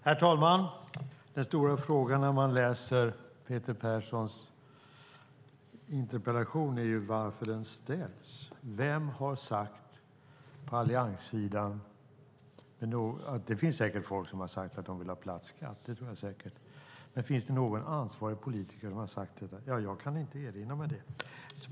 Herr talman! Den stora frågan för den som läser Peter Perssons interpellation är varför interpellationen alls ställs. Det finns säkert folk som har sagt att de vill ha platt skatt, men finns det någon ansvarig politiker på allianssidan som har sagt det? Jag kan inte erinra mig det.